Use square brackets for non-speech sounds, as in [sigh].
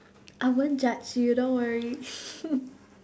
I won't judge you don't worry [laughs]